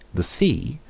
the sea,